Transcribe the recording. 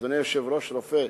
אדוני היושב-ראש רופא,